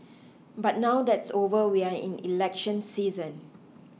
but now that's over we are in election season